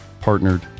partnered